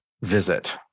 visit